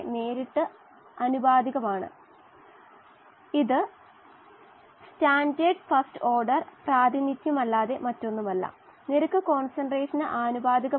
ദ്രാവകത്തിൽ ഓക്സിജന്റെ mole fraction ഗണ്യമായി കുറയുകയും ഈ ഭാഗത്തെ വാതക ദ്രാവക ഫിലിം എന്നു വിളിക്കുകയും ചെയ്യുന്നു